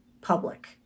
public